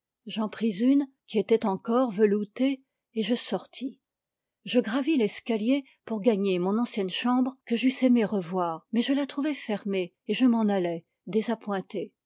une qui était encore veloutée et je sortis je gravis l'escalier pour gagner mon ancienne chambre que j'eusse aimé revoir mais je la trouvai fermée et je m'en allai désappointé